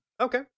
okay